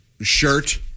Shirt